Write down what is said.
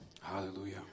Hallelujah